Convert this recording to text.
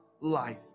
life